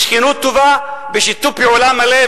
בשכנות טובה, בשיתוף פעולה מלא.